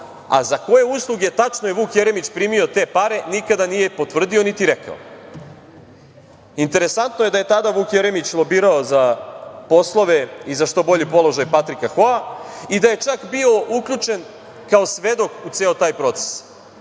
a za koje usluge je tačno Vuk Jeremić primio te pare nikada nije potvrdio, niti rekao. Interesantno je da je tada Vuk Jeremić lobirao za poslove i što bolji položaj Patrika Hoa i da je čak bio uključen kao svedok u ceo taj proces.